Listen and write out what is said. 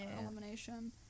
elimination